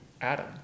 Adam